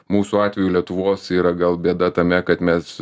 mūsų atveju lietuvos yra gal bėda tame kad mes